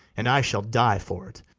and i shall die for't.